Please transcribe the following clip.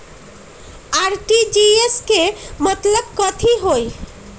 RTGS के मतलब कथी होइ?